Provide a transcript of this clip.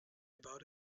about